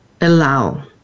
allow